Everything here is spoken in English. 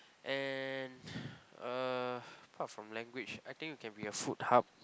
and uh apart from language I think we can be a food hub